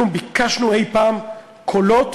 אנחנו ביקשנו אי-פעם קולות